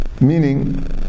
meaning